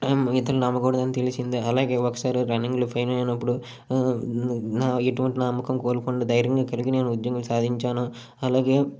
ఇతరులను నమ్మకూడదని తెలిసింది అలాగే ఒకసారి రన్నింగ్లో ఫెయిల్ అయినప్పుడు ఆ ఎటువంటి నమ్మకం కోల్పోకుండా ధైర్యంగా ఉద్యోగం సాధించాను అలాగే